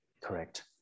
Correct